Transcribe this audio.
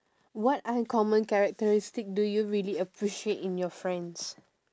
what uncommon characteristic do you really appreciate in your friends